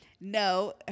No